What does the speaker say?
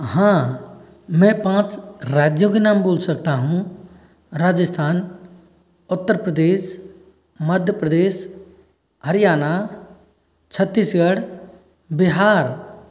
हाँ मैं पाँच राज्यों के नाम बोल सकता हूँ राजस्थान उत्तर प्रदेश मध्य प्रदेश हरयाणा छत्तीसगढ़ बिहार